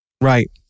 Right